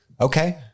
Okay